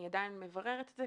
אני עדיין מבררת את זה.